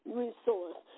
resource